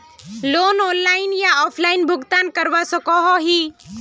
Loan online या offline भुगतान करवा सकोहो ही?